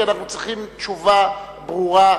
כי אנחנו צריכים תשובה ברורה,